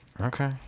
okay